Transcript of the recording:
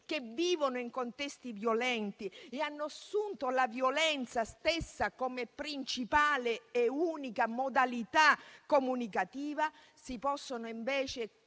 che vivono in contesti violenti e hanno assunto la violenza stessa come principale e unica modalità comunicativa, si possono invece